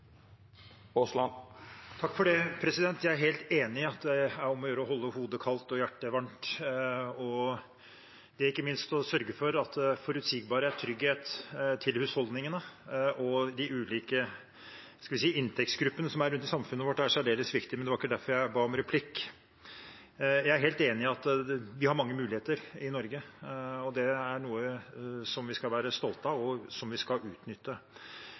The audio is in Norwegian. helt enig i at det er om å gjøre å holde hodet kaldt og hjertet varmt. Ikke minst er det særdeles viktig å sørge for forutsigbarhet og trygghet for husholdningene og de ulike inntektsgruppene rundt i samfunnet vårt – men det var ikke derfor jeg ba om replikk. Jeg er helt enig i at vi har mange muligheter i Norge, og det er noe vi skal være stolte av, og som vi skal utnytte.